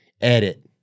edit